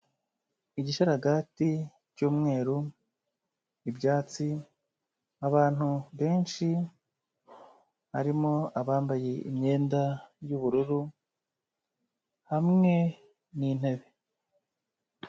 Igisharagati cy'umweru, ibyatsi, abantu benshi, harimo abambaye imyenda y'ubururu hamwe n'intebe.